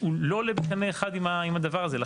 לא עולה בקנה אחד עם הדבר הזה.